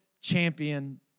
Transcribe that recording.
champion